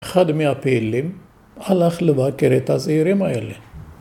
‫אחד מהפעילים ‫הלך לבקר את הצעירים האלה.